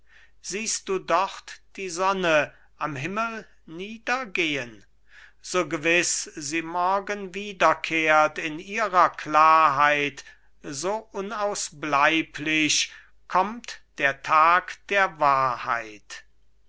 siehst du dort die sonne am himmel niedergehen so gewiß sie morgen wiederkehrt in ihrer klarheit so unausbleiblich kommt der tag der wahrheit